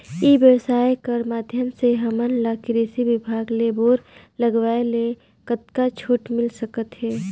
ई व्यवसाय कर माध्यम से हमन ला कृषि विभाग ले बोर लगवाए ले कतका छूट मिल सकत हे?